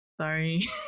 Sorry